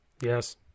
Yes